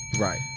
Right